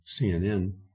CNN